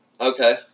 Okay